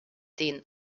den